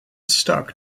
stock